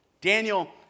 Daniel